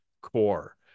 core